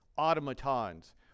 automatons